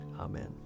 Amen